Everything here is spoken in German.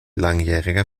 langjähriger